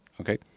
Okay